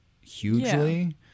hugely